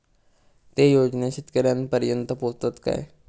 ते योजना शेतकऱ्यानपर्यंत पोचतत काय?